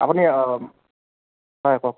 আপুনি অঁ হয় কওক